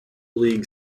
league